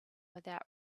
without